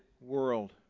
world